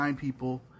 people